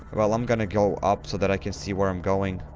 well. i'm gonna go up so that i can see where i'm going